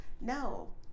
no